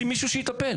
אבל שים מישהו שיטפל.